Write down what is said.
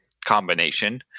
combination